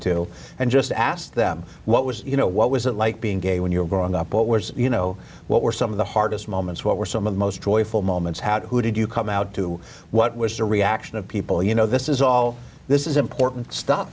to and just ask them what was you know what was it like being gay when you were growing up what was you know what were some of the hardest moments what were some of the most joyful moments how did you come out to what was the reaction of people you know this is all this is important stuff